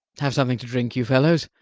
have something to drink, you fellows.